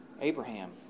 Abraham